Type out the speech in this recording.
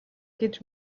гэж